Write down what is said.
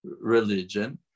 religion